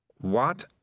What